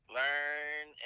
learn